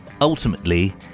ultimately